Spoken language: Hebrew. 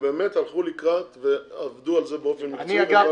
שבאמת הלכו לקראת ועבדו על זה באופן מקצועי.